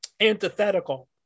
antithetical